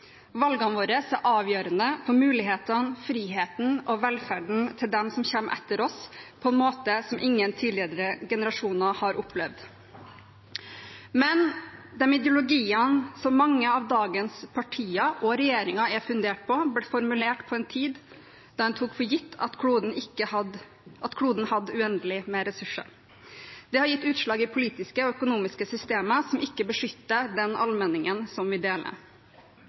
Valgene våre er avgjørende for mulighetene, friheten og velferden til dem som kommer etter oss, på en måte som ingen tidligere generasjoner har opplevd. Men de ideologiene som mange av dagens partier og regjeringen er fundert på, ble formulert på en tid da en tok for gitt at kloden hadde uendelig med ressurser. Det har gitt seg utslag i politiske og økonomiske systemer som ikke beskytter den allmenningen som vi deler.